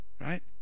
right